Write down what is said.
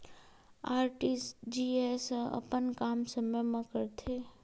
RTGS ह अपन काम समय मा करथे?